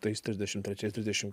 tais trisdešim trečiais trisdešim